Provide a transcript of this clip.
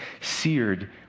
seared